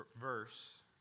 verse